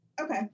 Okay